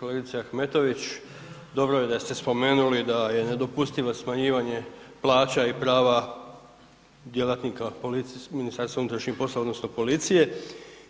Kolegice Ahmetović, dobro je da ste spomenuli da je nedopustivo smanjivanje plaća i prava djelatnika MUP-a odnosno policije